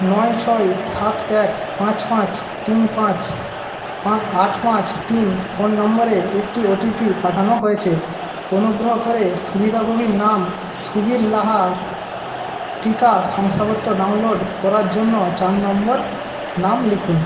নয় ছয় সাত এক পাঁচ পাঁচ তিন পাঁচ পাখ আট পাঁচ তিন ফোন নম্বরে একটি ওটিপি পাঠানো হয়েছে অনুগ্রহ করে সুবিধাভোগীর নাম সুবীর লাহার টিকা শংসাপত্র ডাউনলোড করার জন্য চার নম্বর নাম লিখুন